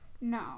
No